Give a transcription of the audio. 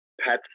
pets